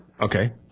Okay